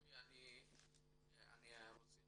אני רוצה